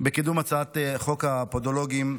בקידום הצעת חוק הפודולוגים.